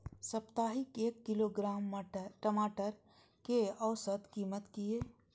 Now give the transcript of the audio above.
साप्ताहिक एक किलोग्राम टमाटर कै औसत कीमत किए?